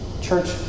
Church